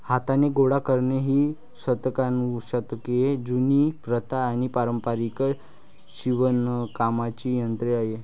हाताने गोळा करणे ही शतकानुशतके जुनी प्रथा आणि पारंपारिक शिवणकामाचे तंत्र आहे